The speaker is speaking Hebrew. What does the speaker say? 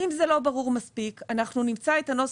אם זה לא ברור מספיק אנחנו נמצא את הנוסח.